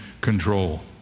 control